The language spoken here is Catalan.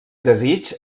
desig